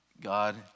God